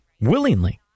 willingly